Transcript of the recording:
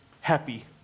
happy